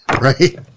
right